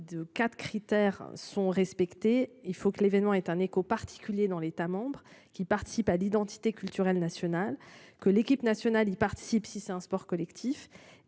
de de 4 critères sont respectés, il faut que l'événement est un écho particulier dans l'État membre qui participent à l'identité culturelle nationale que l'équipe nationale y participe. Si c'est un sport collectif